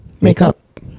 Makeup